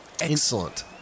Excellent